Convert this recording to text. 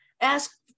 ask